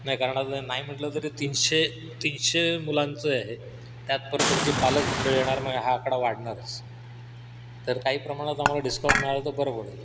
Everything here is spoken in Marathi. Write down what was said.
नाही अजून नाही म्हटलं तरी तीनशे तीनशे मुलांचं आहे त्यात परत त्याचे पालक मंडळी येणार मग हा आकडा वाढणारच तर काही प्रमाणात आम्हाला डिस्काऊंट मिळाला तर बरं पडेल